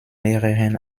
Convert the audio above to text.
mehreren